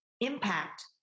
impact